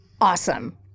awesome